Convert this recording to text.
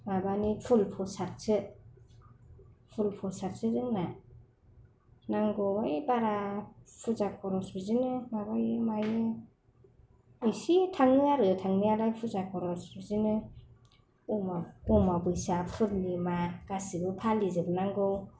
माबानि फुल प्रसादसो जोंना नांगौहाय बारा फुजा खरस बिदिनो माबायो मायो इसे थाङो आरो थांनायालाय फुजा खरस बिदिनो अमाबयसा पुर्निमा गासैबो फालिजोबनांगौ